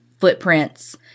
footprints